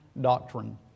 doctrine